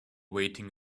waiting